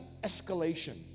escalation